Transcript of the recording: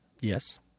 Yes